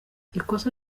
ikosa